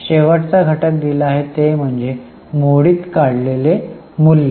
शेवटचा घटक दिला आहे ते आहे मोडीत काढलेले मूल्य